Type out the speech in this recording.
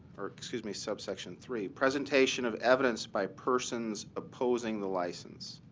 or excuse me, subsection three presentation of evidence by persons opposing the license.